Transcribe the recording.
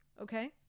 Okay